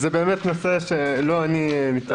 זה באמת נושא שלא אני מתמקד בו.